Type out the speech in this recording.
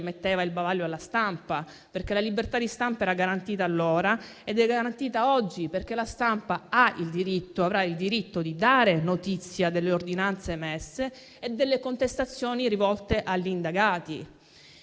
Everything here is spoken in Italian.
metteva il bavaglio alla stampa. Questo perché la libertà di stampa era garantita allora ed è garantita oggi; perché la stampa ha e avrà sempre il diritto di dare notizia delle ordinanze emesse e delle contestazioni rivolte agli indagati.